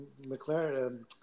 McLaren